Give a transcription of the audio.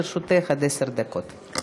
לרשותך עד עשר דקות.